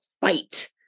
fight